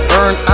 earn